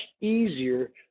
easier